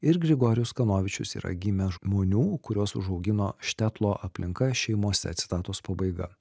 ir grigorijus kanovičius yra gimę žmonių kuriuos užaugino štetlo aplinka šeimose citatos pabaiga